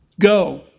Go